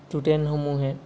ষ্টুডেন্টসমূহে